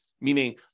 meaning